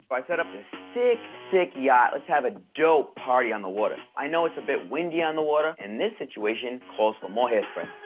i set up this sick, sick yacht. lets have a dope party on the water. i know it's a bit windy on the water and this situation calls for more hair spray.